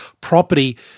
property